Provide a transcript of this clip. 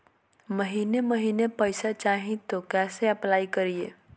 महीने महीने पैसा चाही, तो कैसे अप्लाई करिए?